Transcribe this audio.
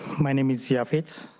my name is's yeah efforts,